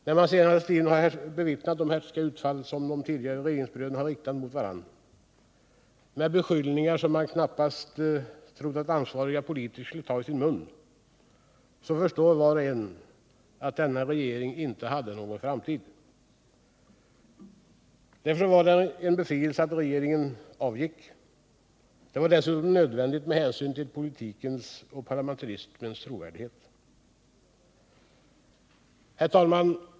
När man den senaste tiden har bevittnat de hätska utfall som de tidigare regeringsbröderna har riktat mot varandra — med beskyllningar som man knappast trodde att ansvariga politiker skulle ta i sin mun — så förstår var och en att denna regering inte hade någon framtid. Därför var det en befrielse att regeringen gick. Det var dessutom nödvändigt med hänsyn till politikens och parlamentarismens trovärdighet. Herr talman!